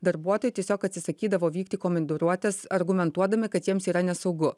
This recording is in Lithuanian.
darbuotojai tiesiog atsisakydavo vykti į komandiruotes argumentuodami kad jiems yra nesaugu